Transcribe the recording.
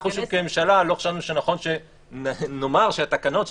אנחנו כממשלה לא חשבנו שנכון שנאמר שהתקנות של